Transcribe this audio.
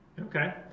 Okay